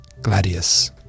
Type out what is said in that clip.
Gladius